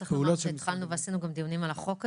צריך לומר שהתחלנו ועשינו גם דיונים על החוק הזה.